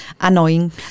annoying